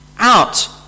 out